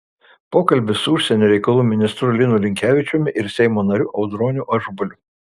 pokalbis su užsienio reikalų ministru linu linkevičiumi ir seimo nariu audroniu ažubaliu